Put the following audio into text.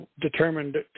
determined